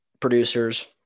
producers